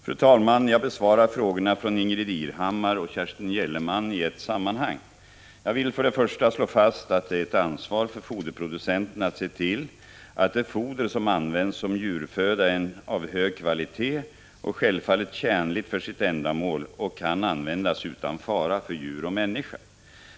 Fru talman! Jag besvarar frågorna från Ingbritt Irhammar och Kerstin verkning av dj iroden : innehållande självdöda Gellerman i ett sammanhang. djur Jag vill för det första slå fast att det är ett ansvar för foderproducenten att se till att det foder som används som djurföda är av hög kvalitet och självfallet tjänligt för sitt ändamål och kan användas utan fara för djur och människa.